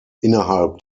innerhalb